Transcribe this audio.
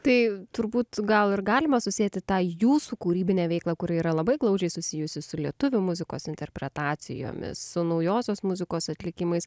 tai turbūt gal ir galima susieti tą jūsų kūrybinę veiklą kuri yra labai glaudžiai susijusi su lietuvių muzikos interpretacijomis su naujosios muzikos atlikimais